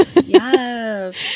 Yes